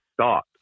stop